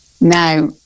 Now